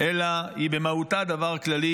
אלא היא במהותה דבר כללי